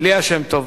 ליה שמטוב,